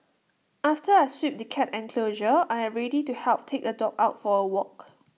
after I sweep the cat enclosure I am ready to help take A dog out for A walk